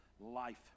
life